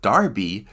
Darby